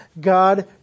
god